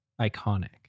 Iconic